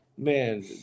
Man